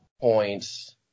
points